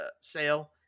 sale